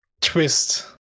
Twist